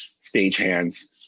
stagehands